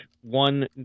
one